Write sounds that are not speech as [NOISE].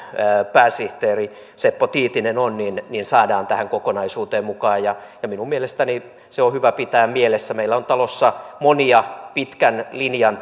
pääsihteeri seppo tiitinen saadaan tähän kokonaisuuteen mukaan minun mielestäni se on hyvä pitää mielessä että meillä on talossa monia pitkän linjan [UNINTELLIGIBLE]